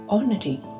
Honoring